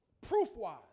proof-wise